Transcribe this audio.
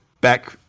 back